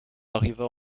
arriva